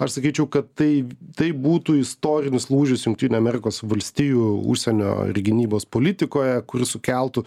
aš sakyčiau kad tai tai būtų istorinis lūžis jungtinių amerikos valstijų užsienio ir gynybos politikoje kuris sukeltų